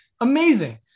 amazing